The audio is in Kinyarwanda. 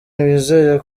wizeye